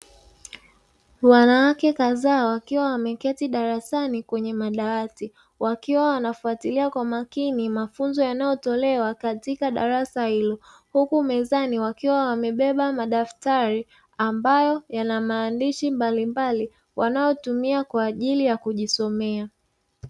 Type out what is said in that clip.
Wanawake kadhaa wakiwa wameketi darasani kwenye madawati, wakiwa wanafuatilia kwa makini mafunzo yanayotolewa katika darasa hilo. Huku mezani wakiwa wamebeba madaftari ambayo yana maandishi mbalimbali, wanayotumia kwa ajili ya kujisomea.